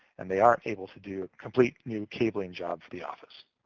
and they aren't able to do a complete new cabling job for the office.